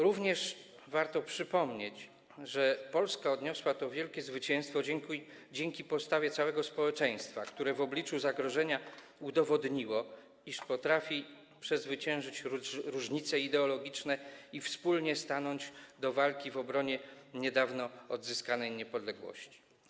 Również warto przypomnieć, że Polska odniosła to wielkie zwycięstwo dzięki postawie całego społeczeństwa, które w obliczu zagrożenia udowodniło, iż potrafi przezwyciężyć różnice ideologiczne i wspólnie stanąć do walki w obronie niedawno odzyskanej niepodległości.